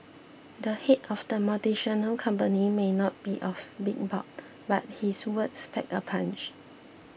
the head of the multinational company may not be of big bulk but his words pack a punch